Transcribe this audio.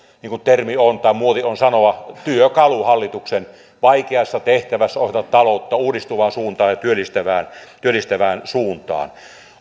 niin kuin termi on tai muoti on sanoa työkalu hallituksen vaikeassa tehtävässä ohjata taloutta uudistuvaan ja työllistävään työllistävään suuntaan